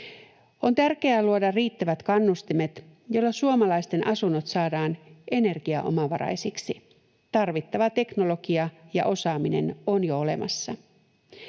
On tärkeää luoda riittävät kannustimet, joilla suomalaisten asunnot saadaan energiaomavaraisiksi. Tarvittava teknologia ja osaaminen on jo olemassa.